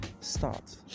start